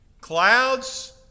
Clouds